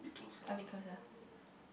I because I